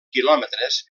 quilòmetres